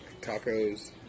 tacos